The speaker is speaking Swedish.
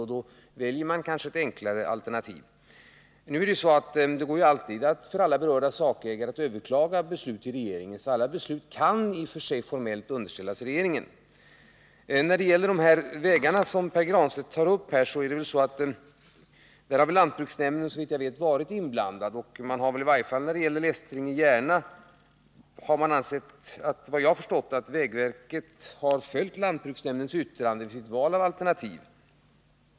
Och då väljer man kanske ett enklare alternativ. Det går alltid för alla berörda sakägare att överklaga ett beslut till regeringen. Det finns alltså formellt en möjlighet att alla beslut underställs regeringen. Beträffande de vägar som Pär Granstedt tog upp har lantbruksnämnden, såvitt jag vet, varit inblandad och i varje fall när det gäller vägen Lästringe-Järna ansett att vägverket följt lantbruksnämndens yttrande i sitt val av alternativ.